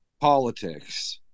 politics